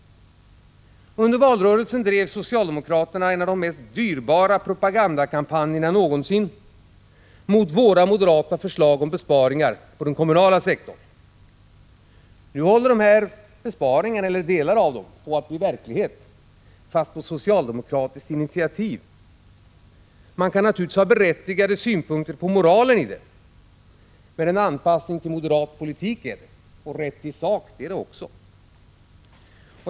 Under valrörelsen drev socialdemokraterna en av de mest dyrbara propagandakampanjerna någonsin mot våra moderata förslag om besparingar på den kommunala sektorn. Nu håller delar av de här besparingarna på att bli verkligehet, fast på socialdemokratiskt initiativ. Man kan naturligtvis ha berättigande synpunkter på moralen i det, men en anpassning till moderat politik är det, och rätt i sak är det också.